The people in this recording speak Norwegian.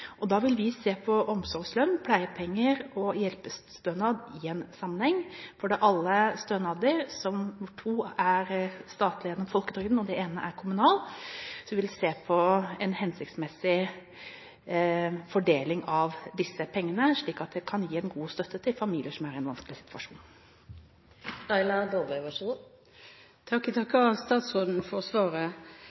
Da vil vi se på omsorgslønn, pleiepenger og hjelpestønad i en sammenheng – to stønader er statlige gjennom folketrygden og én er kommunal – for å få en hensiktsmessig fordeling av disse pengene, slik at det kan gi en god støtte til familier som er i en vanskelig